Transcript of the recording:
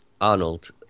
Arnold